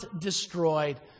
destroyed